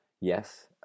yes